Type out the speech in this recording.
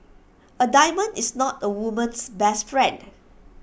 A diamond is not A woman's best friend